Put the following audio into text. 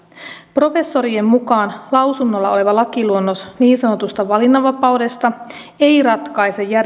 professorien mukaan lausunnolla oleva lakiluonnos niin sanotusta valinnanvapaudesta ei ratkaise